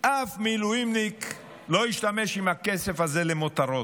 שאף מילואימניק לא ישתמש בכסף הזה למותרות,